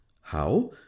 How